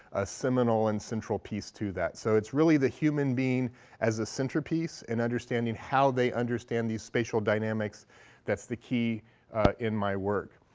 a seminal and central piece to that. so it's really the human being as a centerpiece and understanding how they understand the spatial dynamics that's the key in my work.